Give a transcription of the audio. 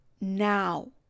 now